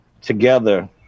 together